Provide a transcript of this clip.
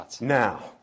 now